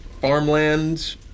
farmland